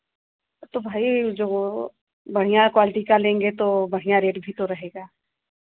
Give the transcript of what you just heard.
तो भाई जो बढ़िया क्वालिटी का लेंगे तो बढ़िया रेट भी तो रहेगा